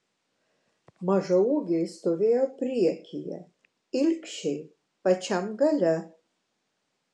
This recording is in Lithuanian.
mažaūgiai stovėjo priekyje ilgšiai pačiam gale